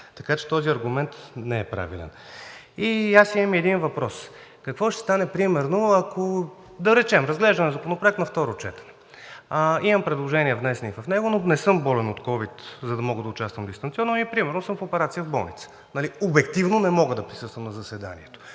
така че този аргумент не е правилен. Аз имам един въпрос: какво ще стане, да речем, разглеждаме законопроект на второ четене и имам внесени предложения по него, но не съм болен от ковид, за да мога да участвам дистанционно и примерно съм за операция в болница и обективно не мога да присъствам на заседанието?!